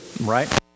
right